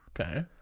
Okay